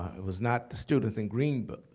it was not the students in greenboro,